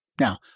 Now